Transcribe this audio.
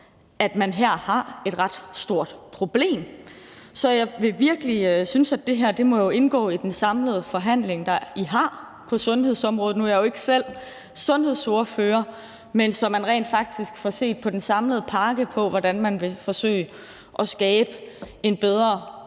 at man her har et ret stort problem. Så jeg vil virkelig synes, at det her må indgå i den samlede forhandling, I har, på sundhedsområdet – nu er jeg jo ikke selv sundhedsordfører – så man rent faktisk får set på den samlede pakke, i forhold til hvordan man vil forsøge at skabe en bedre alkohol-